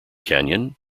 canyon